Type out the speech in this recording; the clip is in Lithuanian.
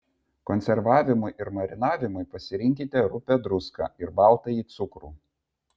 konservavimui ir marinavimui pasirinkite rupią druską ir baltąjį cukrų